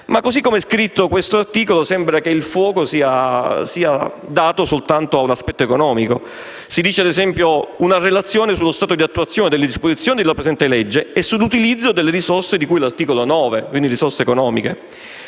ma, così com'è scritto questo articolo, sembra che il *focus* sia soltanto sull'aspetto economico. Si dice, ad esempio, di una relazione sullo stato di attuazione delle disposizioni della presente legge e sull'utilizzo delle risorse di cui all'articolo 9 (quindi risorse economiche).